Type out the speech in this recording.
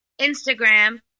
Instagram